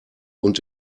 und